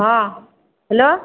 ହଁ ହ୍ୟାଲୋ